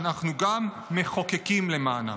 אנחנו גם מחוקקים למענם.